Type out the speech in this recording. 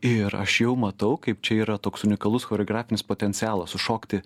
ir aš jau matau kaip čia yra toks unikalus choreografinis potencialas sušokti